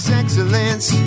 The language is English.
excellence